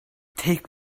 take